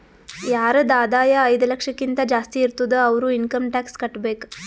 ಯಾರದ್ ಆದಾಯ ಐಯ್ದ ಲಕ್ಷಕಿಂತಾ ಜಾಸ್ತಿ ಇರ್ತುದ್ ಅವ್ರು ಇನ್ಕಮ್ ಟ್ಯಾಕ್ಸ್ ಕಟ್ಟಬೇಕ್